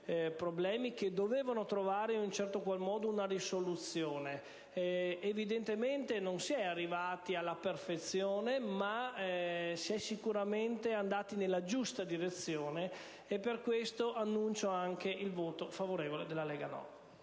problemi che doveva trovare una soluzione. Certamente, non si è arrivati alla perfezione, ma si è sicuramente andati nella giusta direzione, e per questo annuncio il voto favorevole della Lega Nord.